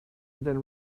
then